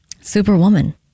Superwoman